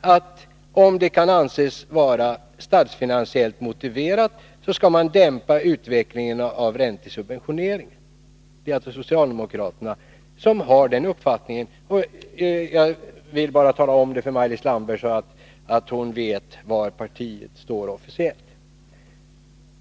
att om det kan anses vara statsfinansiellt motiverat skall man dämpa utvecklingen av räntesubventioneringen. Det är alltså socialdemokraterna som har den uppfattningen, och jag vill bara tala om det för Maj-Lis Landberg, så att hon vet var partiet står officiellt.